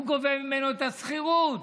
הוא גובה ממנו שכירות